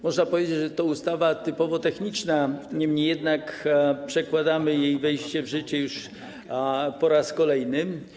Można powiedzieć, że to ustawa typowo techniczna, niemniej jednak przekładamy jej wejście w życie już po raz kolejny.